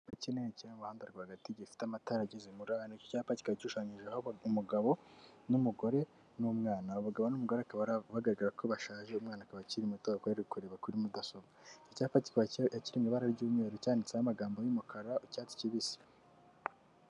Iki ni icyapa kiri ku muhanda rwagati gifite amatara ageze muri ane. Icyapa kikaba gishushanyijeho umugabo n'umugore n'umwana, abagabo n'umugore baragaraga ko bashaje umwana aka akiri muto; bakaba abri kureba kuri mudasobwa. Icyapa kikaba kiri mu ibara ry'umweru cyanditseho amagambo y'umukara n'icyatsi kibisi.